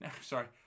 Sorry